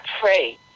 pray